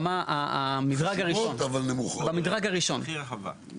המדרג הראשון.